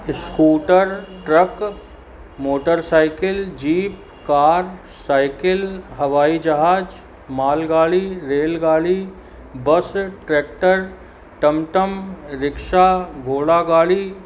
scooter truck motorcycle jeep car cycle हवाई जहाज मालगाड़ी रेलगाड़ी बस ट्रैक्टर टमटम रिक्शा घोड़ा गाड़ी